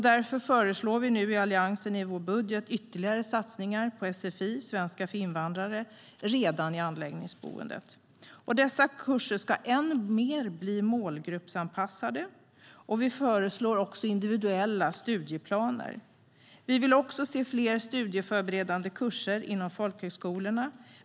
Därför föreslår vi i Alliansen i vår budget ytterligare satsningar på sfi, svenska för invandrare, redan i anläggningsboendet. Dessa kurser ska bli än mer målgruppsanpassade. Vi föreslår också individuella studieplaner och fler studieförberedande kurser inom folkhögskolorna.